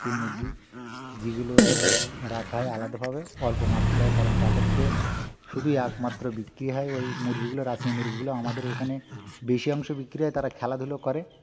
রাশি মুরগি যেগুলো রাখা হয় আলাদাভাবে অল্প মাত্রায় কারণ তাদেরকে শুধুই একমাত্র বিক্রি হয় ওই মুরগিগুলো রাশি মুরগিগুলো আমাদের এখানে বেশি অংশ বিক্রি হয় তারা খেলাধুলো করে